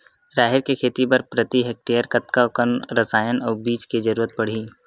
राहेर के खेती बर प्रति हेक्टेयर कतका कन रसायन अउ बीज के जरूरत पड़ही?